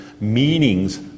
meanings